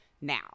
now